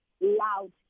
loud